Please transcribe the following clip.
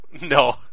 No